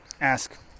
ask